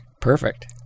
Perfect